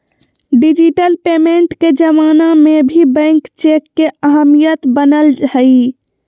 digital payment के जमाना में भी बैंक चेक के अहमियत बनल हइ